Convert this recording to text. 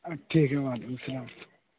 ٹھیک ہے وعلکیم السلام